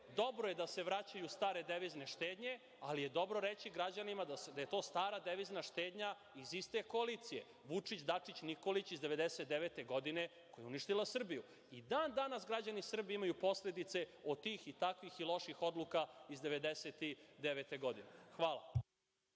dobro je da se vraćaju stare devizne štednje, ali je i dobro reći građanima da je to stara devizna štednja iz iste koalicije Vučić-Dačić-Nikolić iz 1999. godine, koja je uništila Srbiju. I dan danas građani Srbije imaju posledice od tih i takvih loših odluka iz 1999. godine. Hvala.